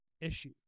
issue